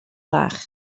fach